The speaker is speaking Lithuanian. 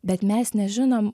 bet mes nežinom